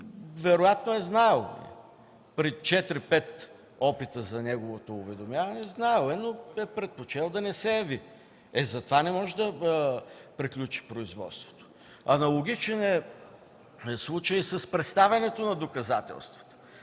Вероятно е знаел – три, четири, пет опита за неговото уведомяване, но е предпочел да не се яви. Ето затова не може да приключи производството. Аналогичен е и случаят с представянето на доказателства.